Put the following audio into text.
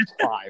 five